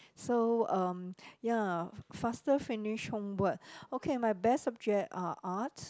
so um ya faster finish homework okay my best subject are Art